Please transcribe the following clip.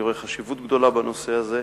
אני רואה חשיבות גדולה בנושא הזה,